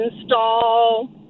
install